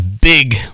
Big